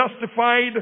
justified